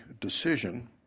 decision